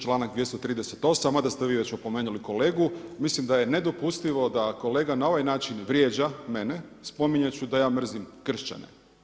Članak 238. ma da ste vi već opomenuli kolegu, mislim da je nedopustivo, da kolega na ovaj način vrijeđa mene, spominjujući da ja mrzim kršćane.